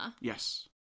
Yes